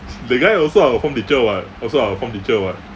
the guy also our form teacher [what] also our form teacher [what]